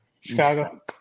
Chicago